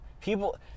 People